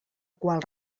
qual